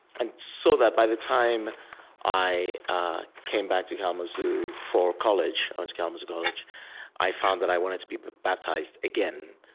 and so that by the time i i came back to kalamazoo for college i went to kalamazoo college i found that i wanted to be baptized again,